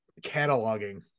cataloging